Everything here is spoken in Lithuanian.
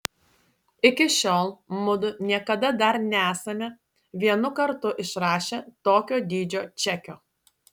iki šiol mudu niekada dar nesame vienu kartu išrašę tokio dydžio čekio